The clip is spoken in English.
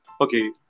Okay